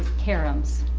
cariums.